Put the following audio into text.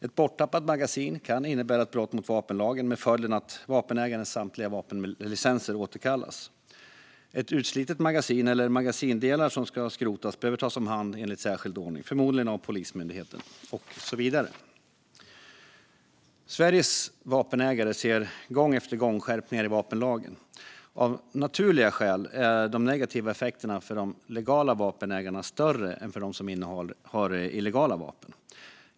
Ett borttappat magasin kan innebära ett brott mot vapenlagen med följden att vapenägarens samtliga vapenlicenser återkallas, ett utslitet magasin eller magasindelar som ska skrotas behöver tas om hand enligt särskild ordning, förmodligen av Polismyndigheten, och så vidare. Sveriges vapenägare ser gång efter gång skärpningar i vapenlagen. Av naturliga skäl är de negativa effekterna för de legala vapenägarna större än för dem som innehar illegala vapen.